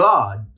God